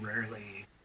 rarely